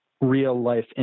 real-life